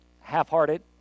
half-hearted